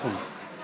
מאה אחוז.